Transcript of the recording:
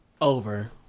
over